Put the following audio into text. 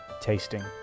tasting